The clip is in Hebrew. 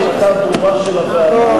היתה החלטה ברורה של הוועדה.